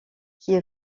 qui